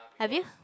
have you